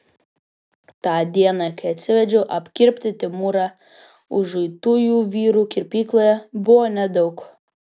tą dieną kai atsivedžiau apkirpti timūrą užuitųjų vyrų kirpykloje buvo nedaug